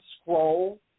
scroll